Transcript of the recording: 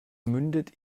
mündet